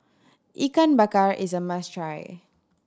Ikan Bakar is a must try